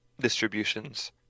distributions